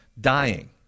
dying